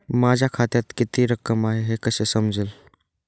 माझ्या खात्यात किती रक्कम आहे हे कसे समजेल?